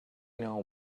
know